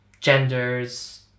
genders